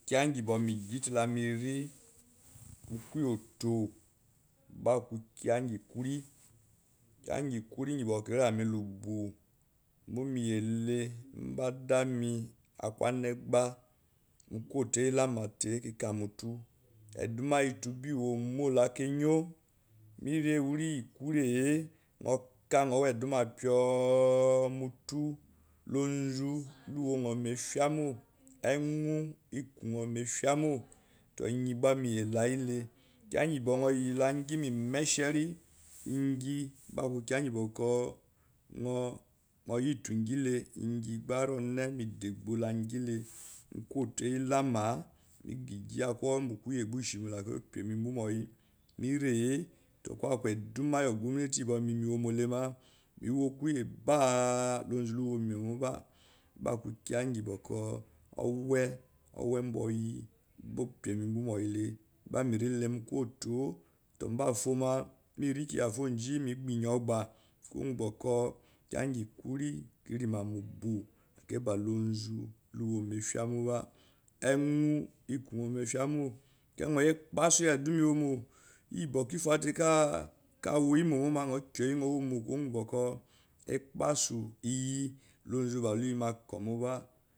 Kiya ngi megi te kala meri mo koutoo gbá aku kiya ngi kwuri kiya ngi kwuri bokkou kirame labu mo meyile mbadame akunagba mukwato iyilamataá kikámoto eduma iyiu to ba ewomo la keyo meri eweri ylekori hie nyo ka ngo wo eduma piio otoo ionzu lowongo mo efumo hyou ekungomo efimo tou eyen gba meye alayi le kya ngi niyo yelengi memi meshiri ngi gba aku kiya ari oone medagbo la ngile mokotoɔ iyilamaá shi aku owembukyoyoto gba ushimo gba opeamembu muɔyi meri ye ko aku edumalyo gomini te ba meyi me womole me wokuye baá lonzu luwo memoba gba aku kiya ngi bokou kiya ngi juri kirema mo bu akai ba lonzu luwo nyo mo efiamobo ehing eku nyo mo efia móbá ekpasu iyeduma iwomo ye bokur ifa teikal woiye momo akai nyo kouiye nyo womo kowomgyo boko ekpasu iye ionzuba luye ma goumoba